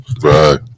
Right